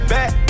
Back